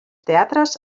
teatres